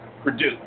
produce